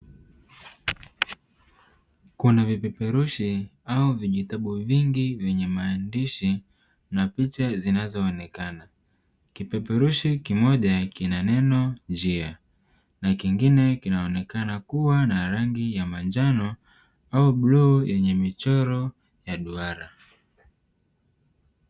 Kuna vipeperushi au vitabu vingi venye maandishi na picha zinazoonekana. Kipeperushi kimoja kina neno "njia" na kingine kinaonekana kuwa na rangi ya manjano au bluu yenye michoro ya duara.